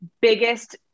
biggest